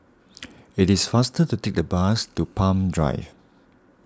it is faster to take the bus to Palm Drive